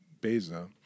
Beza